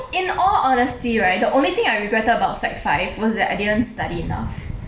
in all honestly right the only thing I regretted about sec five was that I didn't study enough